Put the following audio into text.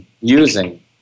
using